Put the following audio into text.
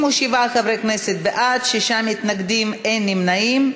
57 חברי כנסת בעד, שישה מתנגדים, אין נמנעים.